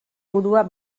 burua